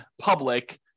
public